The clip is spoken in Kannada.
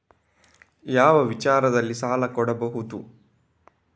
ಯಾವ ವಿಚಾರದಲ್ಲಿ ಸಾಲ ಕೊಡಬಹುದು?